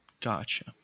Gotcha